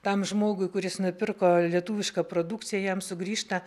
tam žmogui kuris nupirko lietuvišką produkciją jam sugrįžta